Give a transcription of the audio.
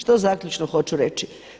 Što zaključno hoću reći?